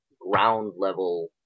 ground-level